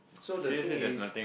so the thing is